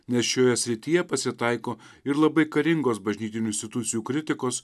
nes šioje srityje pasitaiko ir labai karingos bažnytinių institucijų kritikos